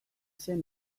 zen